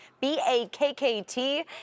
B-A-K-K-T